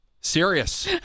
Serious